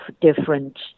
different